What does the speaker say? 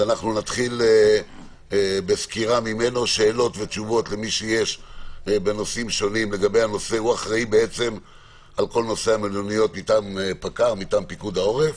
נתחיל בסקירה ממנו הוא אחראי על כל נושא המלוניות מטעם פיקוד העורף.